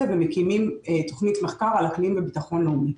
ומקימים תוכנית מחקר על אקלים וביטחון לאומי.